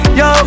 yo